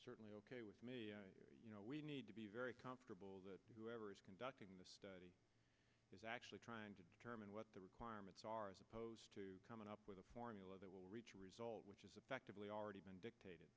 certainly ok with you we need to be very comfortable that whoever is conducting the study is actually trying to determine what the requirements are as opposed to coming up with a formula that will reach a result which is effectively already been dictated